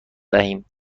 دهیم